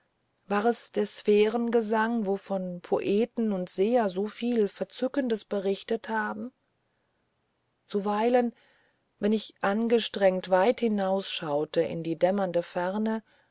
war es der sphärengesang wovon poeten und seher soviel verzückendes berichtet haben zuweilen wenn ich angestrengt weit hinausschaute in die dämmernde ferne